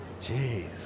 Jeez